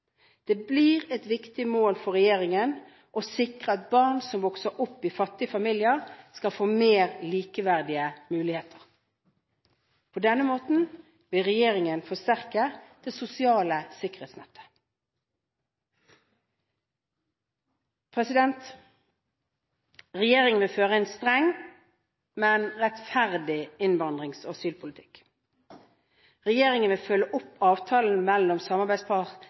Det blir et viktig mål for regjeringen å sikre at barn som vokser opp i fattige familier, skal få mer likeverdige muligheter. På denne måten vil regjeringen forsterke det sosiale sikkerhetsnettet. Regjeringen vil føre en streng, men rettferdig innvandrings- og asylpolitikk. Regjeringen vil følge opp avtalen mellom